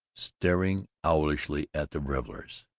staring owlishly at the revelers.